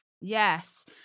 Yes